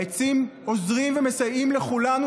העצים עוזרים ומסייעים לכולם,